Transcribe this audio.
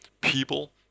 people